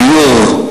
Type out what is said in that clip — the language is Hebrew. דיור.